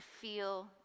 feel